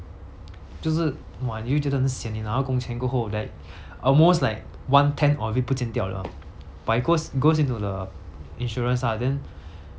就是 !wah! 你会觉得很 sian 你拿到工钱过后 then almost like one tenth of it 不见掉 liao but it goes it goes into the insurance ah then